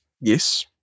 yes